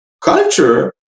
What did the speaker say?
culture